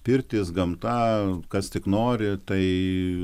pirtys gamta kas tik nori tai